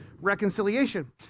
reconciliation